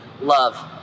love